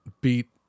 beat